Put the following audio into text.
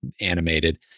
animated